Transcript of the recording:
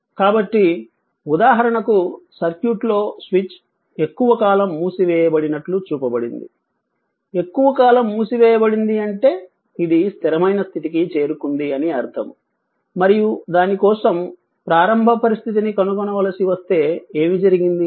కాబట్టి ఉదాహరణకు సర్క్యూట్ లో స్విచ్ ఎక్కువ కాలం మూసివేయబడినట్లు చూపబడింది ఎక్కువ కాలం మూసివేయబడింది అంటే ఇది స్థిరమైన స్థితికి చేరుకుంది అని అర్ధం మరియు దాని కోసం ప్రారంభ పరిస్థితిని కనుగొనవలసి వస్తే ఏమి జరిగింది